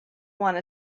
wanna